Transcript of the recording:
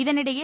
இதனிடையே